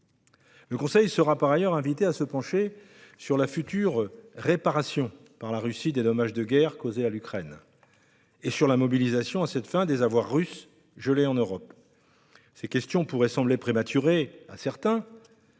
européen sera par ailleurs invité à se pencher sur les futures réparations par la Russie des dommages de guerre causés à l'Ukraine et sur la mobilisation à cette fin des avoirs russes gelés en Europe. Ces questions pourraient sembler prématurées à certains,